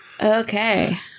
Okay